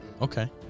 Okay